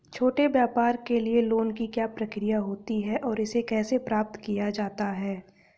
छोटे व्यापार के लिए लोंन की क्या प्रक्रिया होती है और इसे कैसे प्राप्त किया जाता है?